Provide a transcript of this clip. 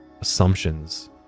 assumptions